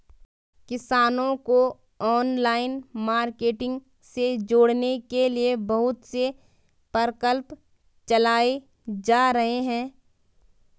किसानों को online marketing से जोड़ने के लिए बहुत से प्रकल्प चलाए जा रहे हैं